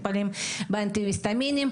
באנטי-היסטמינים.